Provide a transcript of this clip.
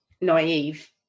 naive